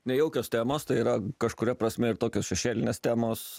nejaukios temos tai yra kažkuria prasme ir tokios šešėlinės temos